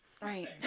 Right